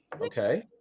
Okay